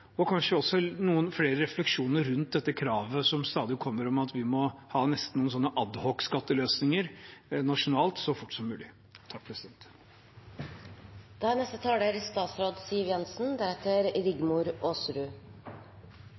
og kanskje også noen flere refleksjoner rundt dette kravet som stadig kommer, om at vi nesten må ha noen sånne ad hoc-skatteløsninger nasjonalt så fort som mulig.